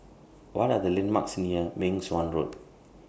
What Are The landmarks near Meng Suan Road